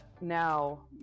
now